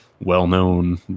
well-known